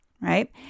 right